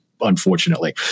unfortunately